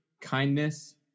kindness